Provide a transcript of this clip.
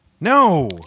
No